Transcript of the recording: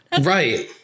Right